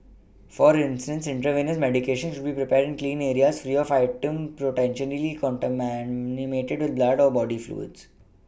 for instance intravenous medications should be prepared clean areas free of items potentially contaminated with blood or body fluids